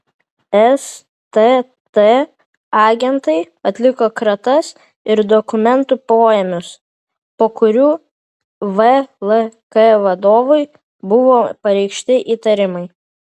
stt agentai atliko kratas ir dokumentų poėmius po kurių vlk vadovui buvo pareikšti įtarimai